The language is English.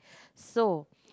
so